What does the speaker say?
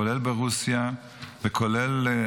כולל ברוסיה וכולל,